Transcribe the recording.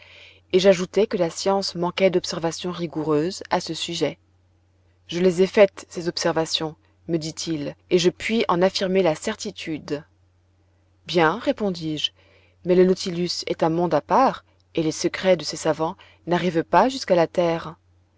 et j'ajoutai que la science manquait d'observations rigoureuses à ce sujet je les ai faites ces observations me dit-il et je puis en affirmer la certitude bien répondis-je mais le nautilus est un monde à part et les secrets de ses savants n'arrivent pas jusqu'à la terre